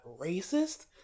racist